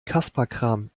kasperkram